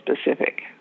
specific